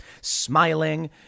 smiling